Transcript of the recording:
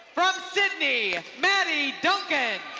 from sidney, maddy duncan.